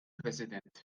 president